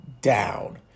down